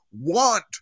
want